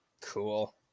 cool